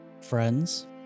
friends